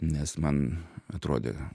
nes man atrodė